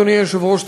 אדוני היושב-ראש,